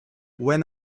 when